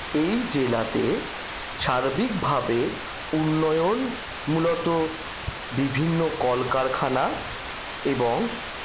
এই জেলাতে সার্বিকভাবে উন্নয়ন মূলত বিভিন্ন কলকারখানা এবং